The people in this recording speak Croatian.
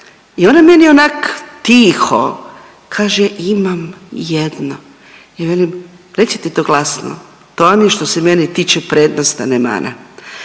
i ona meni onak tiho kaže imam jedno, ja velim recite to glasno, to vam je što se mene tiče prednost, a ne mana.